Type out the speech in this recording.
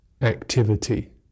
activity